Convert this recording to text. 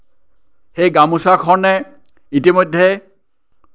সেই গামোছাখনে ইতিমধ্যে